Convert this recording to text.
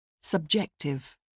Subjective